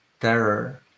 terror